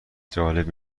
جالب